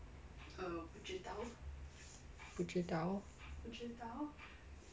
不知道